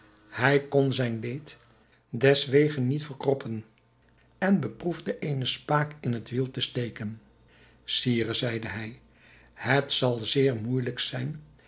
hij kon zijn leed deswege niet verkroppen en beproefde eene spaak in het wiel te steken sire zeide hij het zal zeer moeijelijk zijn